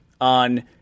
on